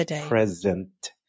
present